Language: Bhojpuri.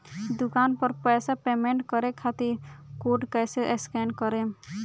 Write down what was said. दूकान पर पैसा पेमेंट करे खातिर कोड कैसे स्कैन करेम?